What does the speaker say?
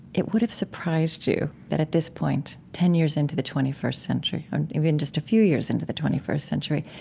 it would have surprised you that, at this point, ten years into the twenty first century, and even just a few years into the twenty first century,